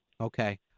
Okay